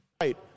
right